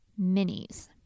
minis